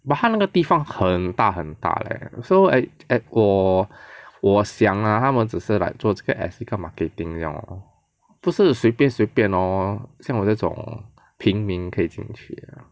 but 他们的地方很大很大 leh so at at 我我想 lah 他们只是 like 做这个 as 一个 marketing 这样 lor 不是随便随便 hor 像我这种贫民可以进去的